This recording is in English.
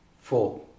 Four